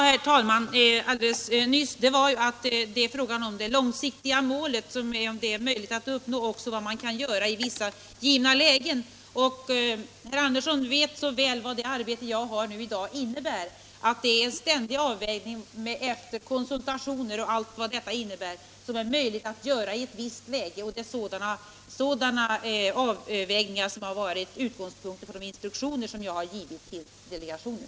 Herr talman! Vad jag sade alldeles nyss var att frågan är hur det är möjligt att uppnå det långsiktiga målet och vad man kan göra i vissa givna lägen. Herr Sven Andersson i Stockholm vet så väl att det arbete som jag har i dag innebär en ständig avvägning efter konsultationer av vad som är möjligt att göra i ett visst läge. Det är sådana avvägningar som har varit utgångspunkten för de instruktioner som jag har givit till delegationen.